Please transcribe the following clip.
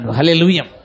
Hallelujah